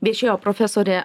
viešėjo profesorė